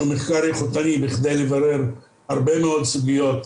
מחקר איכותני בכדי לברר הרבה מאוד סוגיות,